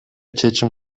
чечим